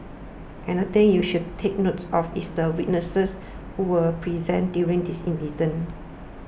another thing you should take notes of is the witnesses who were present during the incident